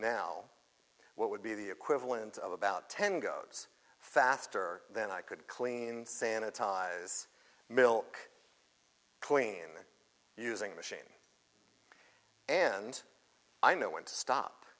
now what would be the equivalent of about ten goes faster than i could clean sanitize milk clean using machine and i know when to stop